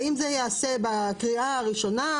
האם זה ייעשה בקריאה הראשונה,